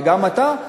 וגם אתה,